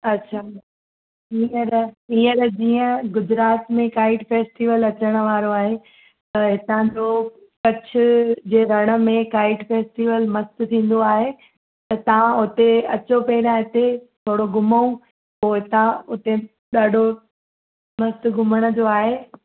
अच्छा ठीकु आहे त हीअं त जीअं गुजरात में काइट फैस्टीवल अचण वारो आहे त हितां जो कच्छ जे रण में काइट फैस्टीवल मस्तु थींदो आहे त तव्हां हुते अचो पहिरां हिते थोरो घुमूं पोइ हितां हुते ॾाढो मस्तु घुमण जो आहे